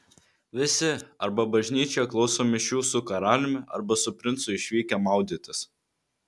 visi arba bažnyčioje klauso mišių su karaliumi arba su princu išvykę maudytis